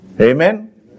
Amen